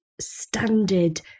standard